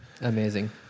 Amazing